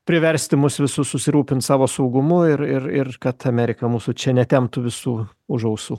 priversti mus visus susirūpint savo saugumu ir ir kad amerika mūsų čia netemptų visų už ausų